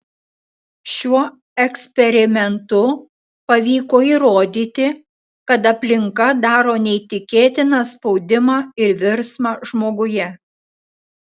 šiuo eksperimentu pavyko įrodyti kad aplinka daro neįtikėtiną spaudimą ir virsmą žmoguje